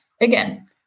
Again